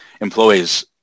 employees